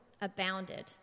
abounded